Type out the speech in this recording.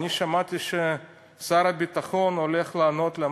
אני שמעתי ששר הביטחון הולך לענות לי,